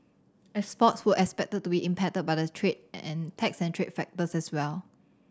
exports who expected to be impacted by the trade and tax trade factor as well